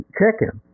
chicken